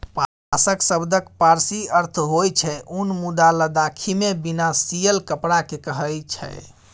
पाश्म शब्दक पारसी अर्थ होइ छै उन मुदा लद्दाखीमे बिना सियल कपड़ा केँ कहय छै